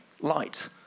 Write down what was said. light